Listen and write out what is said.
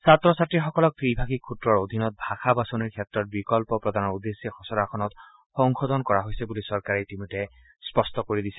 ছাত্ৰ ছাত্ৰীসকলক ত্ৰিভাষিক সূত্ৰৰ অধীনত ভাষা বাছনিৰ ক্ষেত্ৰত বিকল্প প্ৰদানৰ উদ্দেশ্যে খচৰাখনত সংশোধন কৰা হৈছে বুলি চৰকাৰে ইতিমধ্যে স্পষ্ট কৰি দিছে